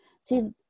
See